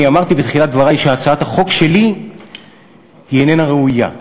אני אמרתי בתחילת דברי שהצעת החוק שלי איננה ראויה.